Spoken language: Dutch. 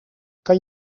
kan